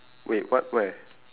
wait what where